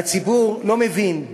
והציבור לא מבין,